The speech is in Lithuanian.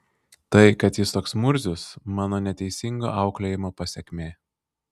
tai kad jis toks murzius mano neteisingo auklėjimo pasekmė